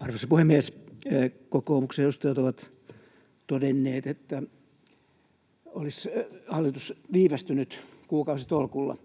Arvoisa puhemies! Kokoomuksen edustajat ovat todenneet, että hallitus olisi viivytellyt kuukausitolkulla.